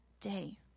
day